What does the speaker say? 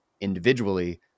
individually